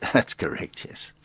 that's correct, yes.